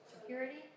security